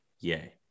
Yay